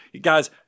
Guys